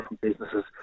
businesses